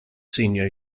senior